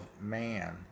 man